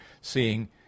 seeing